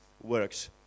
works